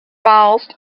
miles